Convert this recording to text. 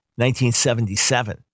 1977